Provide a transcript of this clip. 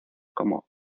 como